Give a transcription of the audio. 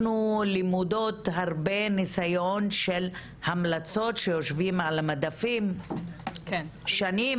אנחנו למודות הרבה ניסיון של המלצות שיושבות על המדפים שנים,